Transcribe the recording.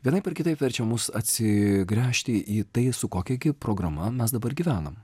vienaip ar kitaip verčia mus atsigręžti į tai su kokia gi programa mes dabar gyvenam